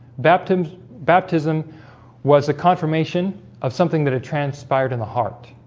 baptist baptism was a confirmation of something that had transpired in the heart